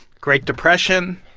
great depression,